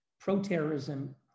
pro-terrorism